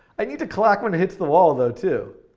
i need to clack when it hits the wall though, too.